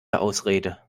ausrede